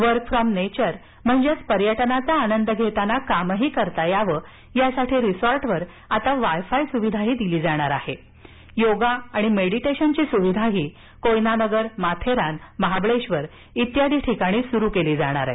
work from nature म्हणजेच पर्यटनाचा आनंद घेताना कामही करता यावं यासाठी रिसॉर्टवर वायफाय सुविधा दिली असून योगा आणि मेडीटेशनची सुविधाही कोयनानगर माथेरान महाबळेश्वर या ठिकाणी सुरु केली जाणार आहे